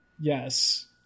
yes